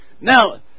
Now